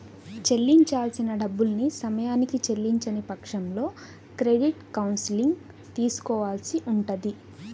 చెల్లించాల్సిన డబ్బుల్ని సమయానికి చెల్లించని పక్షంలో క్రెడిట్ కౌన్సిలింగ్ తీసుకోవాల్సి ఉంటది